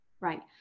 Right